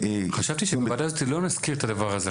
חשבתי שבוועדה הזאת לא נזכיר את הדבר הזה,